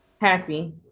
Happy